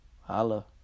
Holla